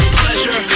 pleasure